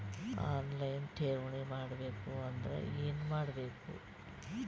On line ಠೇವಣಿ ಮಾಡಬೇಕು ಅಂದರ ಏನ ಮಾಡಬೇಕು?